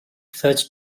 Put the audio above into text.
search